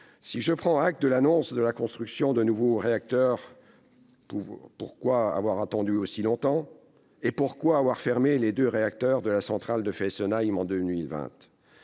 Si je prends acte de l'annonce de la construction de nouveaux réacteurs, je vous le demande : pourquoi avoir attendu si longtemps ? Et pourquoi avoir fermé les deux réacteurs de la centrale de Fessenheim en 2020 ?